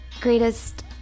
greatest